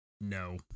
No